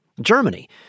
Germany